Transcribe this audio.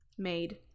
made